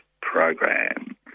program